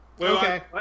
Okay